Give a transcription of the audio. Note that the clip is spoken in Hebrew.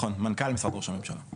נכון, מנכ"ל משרד ראש הממשלה.